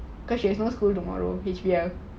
cause she has no school tomorrow H_B_L